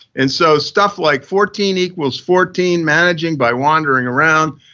and so stuff like fourteen equals fourteen, managing by wondering around,